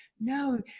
no